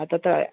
तत्